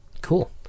cool